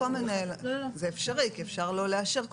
זה אפשרי כי אפשר לא לאשר.